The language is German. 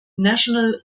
national